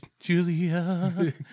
Julia